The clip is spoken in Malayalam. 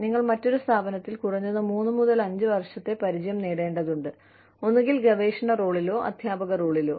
നിങ്ങൾ മറ്റൊരു സ്ഥാപനത്തിൽ കുറഞ്ഞത് 3 മുതൽ 5 വർഷത്തെ പരിചയം നേടേണ്ടതുണ്ട് ഒന്നുകിൽ ഗവേഷണ റോളിലോ അദ്ധ്യാപക റോളിലോ